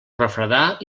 refredar